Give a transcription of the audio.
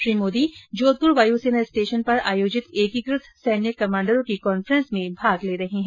श्री मोदी जोधपुर वायुसेना स्टेशन पर आयोजित एकीकृत सैन्य कमांडरों की कॉन्फ्रेंस में भाग ले रहे हैं